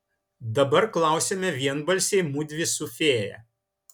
dabar klausiame vienbalsiai mudvi su fėja